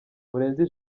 murenzi